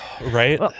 Right